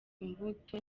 imbuto